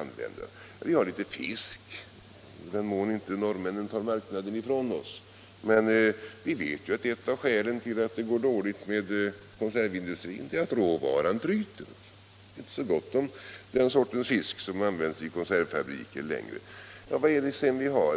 användas i. Vi har litet fisk — i den mån inte norrmännen tar marknaden ifrån oss. Men vi vet att ett av skälen till att det går dåligt för konservindustrin är att råvaran tryter. Det är inte längre så gott om den sortens fisk som används i konservfabriker. Ja, vad är det sedan vi har?